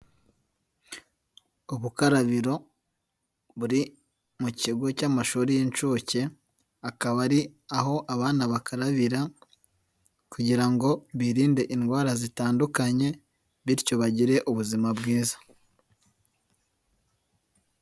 Ubukarabiro buri mu kigo cy'amashuri y'inshuke, akaba ari aho abana bakarabira kugira ngo birinde indwara zitandukanye, bityo bagire ubuzima bwiza.